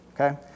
Okay